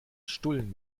stullen